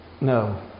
no